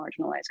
marginalized